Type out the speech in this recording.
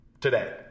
today